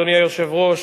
אדוני היושב-ראש,